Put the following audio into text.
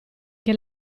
che